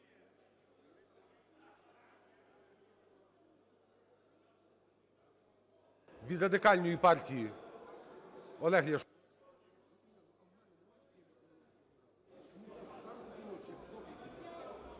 Від Радикальної партії Олег Ляшко.